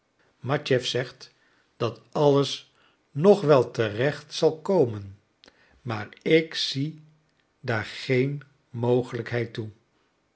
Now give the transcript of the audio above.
matjeff zegt dat alles nog wel terecht zal komen maar ik zie daar geen mogelijkheid toe